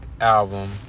album